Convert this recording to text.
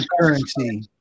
currency